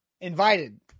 Invited